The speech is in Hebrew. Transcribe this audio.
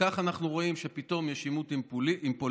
וכך אנחנו רואים שפתאום יש עימות עם פולין,